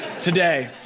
today